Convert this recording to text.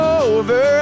over